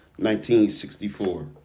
1964